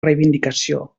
reivindicació